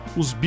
os